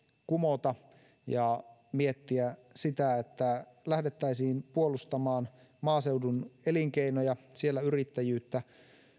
kumota ja miettiä että lähdettäisiin puolustamaan maaseudun elinkeinoja siellä yrittäjyyttä